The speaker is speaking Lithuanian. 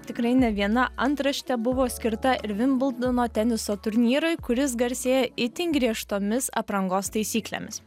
tikrai ne viena antraštė buvo skirta ir vimbldono teniso turnyrui kuris garsėja itin griežtomis aprangos taisyklėmis